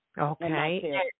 Okay